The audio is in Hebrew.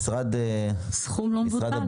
זה סכום לא מבוטל.